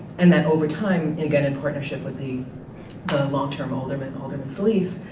and then over time, again and partnership with the long-term alderman, alderman solis,